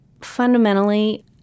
fundamentally